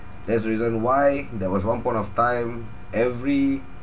there's a reason why there was one point of time every